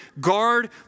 guard